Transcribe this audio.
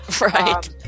Right